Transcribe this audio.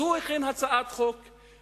אז הוא הכין הצעת חוק,